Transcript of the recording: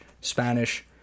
Spanish